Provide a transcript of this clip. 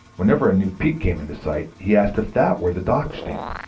whenever a new peak came into sight he asked if that were the dachstein,